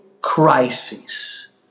crisis